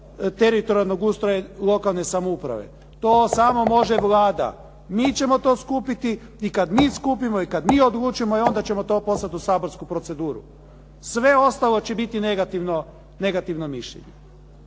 teritorijalnog ustroja lokalne samouprave, to samo može Vlada. Mi ćemo to skupiti i kad mi skupimo i kad mi odlučimo onda ćemo to poslat u saborsku proceduru. Sve ostalo će biti negativno mišljenje.